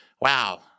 wow